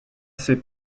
ses